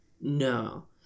No